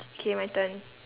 okay my turn